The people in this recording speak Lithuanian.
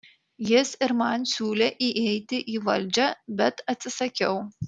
jis ir man siūlė įeiti į valdžią bet atsisakiau